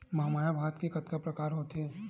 महमाया भात के कतका प्रकार होथे?